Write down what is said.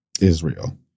Israel